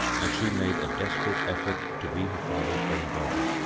and she made a desperate effort to be her father's own daughter.